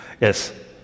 Yes